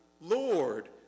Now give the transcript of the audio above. Lord